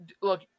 look